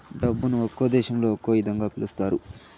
డబ్బును ఒక్కో దేశంలో ఒక్కో ఇదంగా పిలుత్తారు